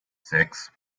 sechs